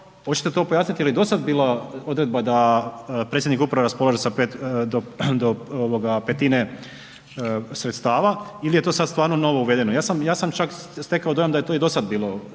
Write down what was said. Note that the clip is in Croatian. hoćete to pojasnit je li do sad bilo odredba da predsjednik uprave raspolaže sa do petine sredstava il je to sad stvarno novo uvedeno? Ja sam čak stekao dojam da je to i do sad bilo